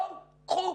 בואו, קחו.